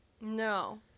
No